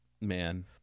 man